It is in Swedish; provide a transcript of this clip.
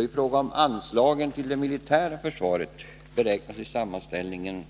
I fråga om anslagen till det militära försvaret beräknas i sammanställningen med